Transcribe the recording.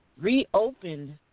reopened